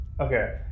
Okay